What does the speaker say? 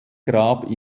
grab